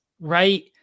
right